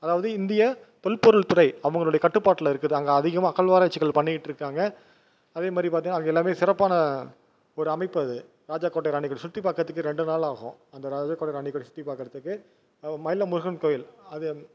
அதாவது இந்திய தொல்பொருள் துறை அவங்களுடைய கட்டுப்பாட்டில் இருக்குது அங்கே அதிகமா அகழ்வாராய்ச்சிகள் பண்ணிக்கிட்டுருக்காங்க அதேமாதிரி பார்த்திங்கன்னா அங்கே எல்லாமே சிறப்பான ஒரு அமைப்பு அது ராஜா கோட்டை ராணி கோட்டை சுற்றிப்பாக்குறதுக்கு ரெண்டு நாள் ஆகும் அந்த ராஜா கோட்டை ராணி கோட்டை சுற்றிப்பாக்குறதுக்கு மயிலம் முருகன் கோயில் அது எந்